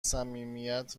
صمیمیت